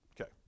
Okay